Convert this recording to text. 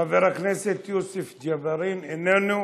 חבר הכנסת יוסף ג'בארין, איננו.